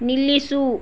ನಿಲ್ಲಿಸು